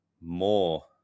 more